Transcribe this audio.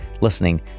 listening